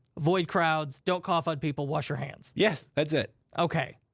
avoid crowds, don't cough on people, wash your hands. yes, that's it. okay.